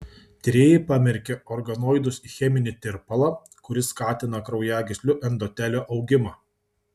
tyrėjai pamerkė organoidus į cheminį tirpalą kuris skatina kraujagyslių endotelio augimą